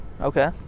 okay